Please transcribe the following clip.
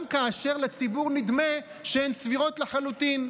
גם כאשר לציבור נדמה שהן סבירות לחלוטין,